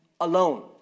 alone